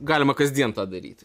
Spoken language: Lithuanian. galima kasdien tą daryti